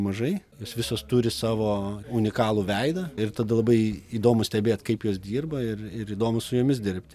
mažai jos visos turi savo unikalų veidą ir tada labai įdomu stebėt kaip jos dirba ir ir įdomu su jomis dirbti